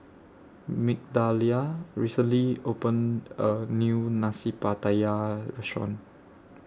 Migdalia recently opened A New Nasi Pattaya Restaurant